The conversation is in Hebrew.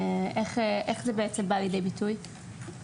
איך זה בא לידי ביטוי, בעצם?